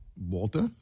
Walter